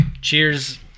Cheers